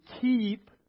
keep